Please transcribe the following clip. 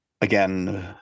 again